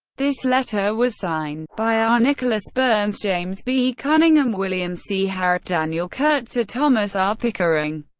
this letter was signed by r. nicholas burns, james b. cunningham, william c. harrop, daniel kurtzer, thomas r. pickering,